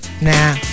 Nah